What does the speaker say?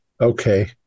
Okay